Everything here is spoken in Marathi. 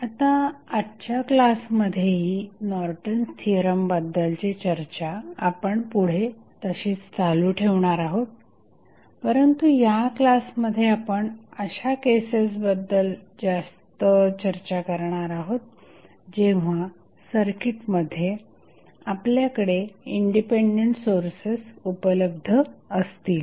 आता आजच्या क्लासमध्येही नॉर्टन्स थिअरम बद्दलची चर्चा आपण पुढे तसेच चालू ठेवणार आहोत परंतु या क्लासमध्ये आपण अशा केसेसबद्दल जास्त चर्चा करणार आहोत जेव्हा सर्किटमध्ये आपल्याकडे इंडिपेंडेंट सोर्सेस उपलब्ध असतील